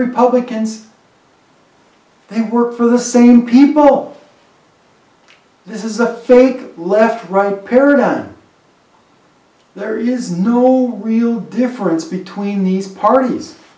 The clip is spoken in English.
republicans who work for the same people this is a fake left right paradigm there is no real difference between these parties